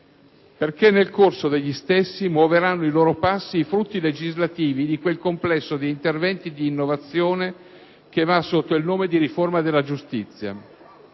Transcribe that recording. perché nel corso degli stessi muoveranno i loro passi i frutti legislativi di quel complesso di interventi di innovazione che va sotto il nome di riforma della giustizia.